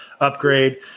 upgrade